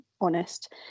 honest